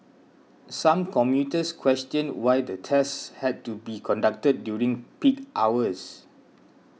some commuters questioned why the tests had to be conducted during peak hours